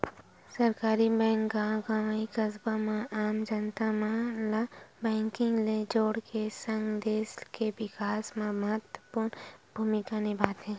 सहकारी बेंक गॉव गंवई, कस्बा म आम जनता मन ल बेंकिग ले जोड़ के सगं, देस के बिकास म महत्वपूर्न भूमिका निभाथे